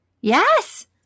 Yes